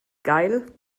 geil